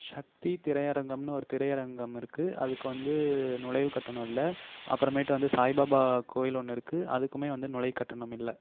சக்தி திரையரங்கம்ன்னு ஒரு திரையரங்கம் இருக்குது அதுக்கு வந்து நுழைவுக்கட்டணம் இல்லை அப்புறமேட்டு வந்து சாய்பாபா கோவில் ஒன்று இருக்குது அதுக்குமே வந்து நுழைவுக்கட்டணம் இல்லை